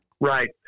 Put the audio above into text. Right